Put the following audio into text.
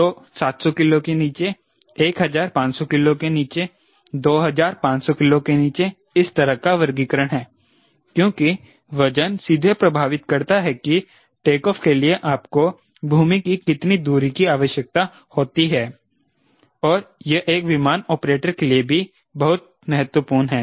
तो 700 किलो से नीचे 1500 किलो से नीचे 2500 किलो से नीचे इस तरह का वर्गीकरण हैं क्योंकि वजन सीधे प्रभावित करता है कि टेक ऑफ के लिए आपको भूमि की कितनी दूरी की आवश्यकता होती है और यह एक विमान ऑपरेटर के लिए बहुत ही महत्वपूर्ण है